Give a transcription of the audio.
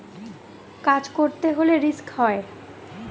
কাজ করতে হলে রিস্ক হয়